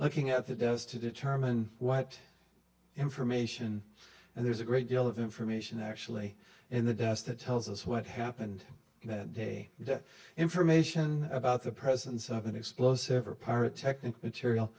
looking at the desk to determine what information and there's a great deal of information actually in the desk that tells us what happened that day that information about the presence of an explosive or part techni